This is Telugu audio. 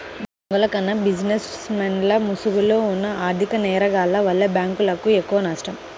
దొంగల కన్నా బిజినెస్ మెన్ల ముసుగులో ఉన్న ఆర్ధిక నేరగాల్ల వల్లే బ్యేంకులకు ఎక్కువనష్టం